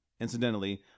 incidentally